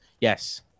Yes